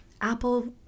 Apple